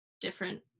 different